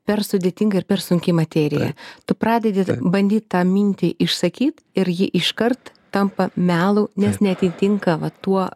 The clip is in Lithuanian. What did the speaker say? per sudėtinga ir per sunki materija tu pradedi bandyt tą mintį išsakyt ir ji iškart tampa melu nes neatitinka va tuo